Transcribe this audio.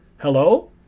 Hello